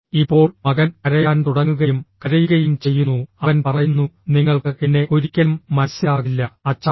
ഇപ്പോൾ മകൻ കരയാൻ തുടങ്ങുകയും കരയുകയും ചെയ്യുന്നു അവൻ പറയുന്നുഃ നിങ്ങൾക്ക് എന്നെ ഒരിക്കലും മനസ്സിലാകില്ല അച്ഛാ